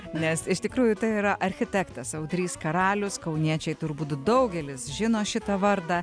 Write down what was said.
nes iš tikrųjų tai yra architektas audrys karalius kauniečiai turbūt daugelis žino šitą vardą